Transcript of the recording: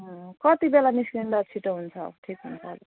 कति बेला निस्किँदा छिटो हुन्छ ठिक हुन्छ